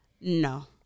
No